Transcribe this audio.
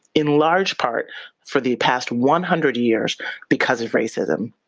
in large part for the past one hundred years because of racism.